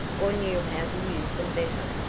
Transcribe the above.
or knew how to use them better.